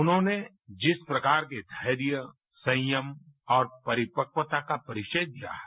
उन्होंने जिस प्रकार के धैर्य संयम और परिपक्वता का परिचय दिया है